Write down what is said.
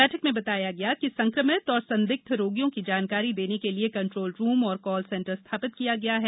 बैठक में बताया गया कि संक्रमित और संदिग्ध रोगियों की जानकारी देने के लिए कंट्रोल रूम और कॉल सेंटर स्थापित किया गया है